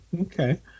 Okay